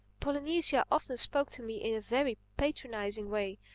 polynesia often spoke to me in a very patronizing way.